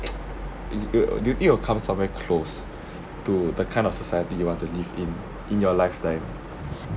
you~ err do you think it will come somewhere close to the kind of society you want to live in in your lifetime